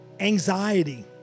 anxiety